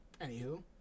anywho